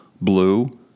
Blue